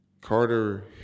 Carter